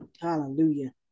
Hallelujah